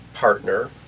partner